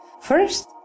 First